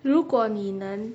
如果你能